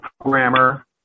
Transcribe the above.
programmer